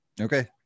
Okay